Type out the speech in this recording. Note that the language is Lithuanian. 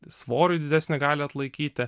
svorį didesnį gali atlaikyti